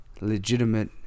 legitimate